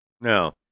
No